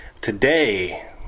Today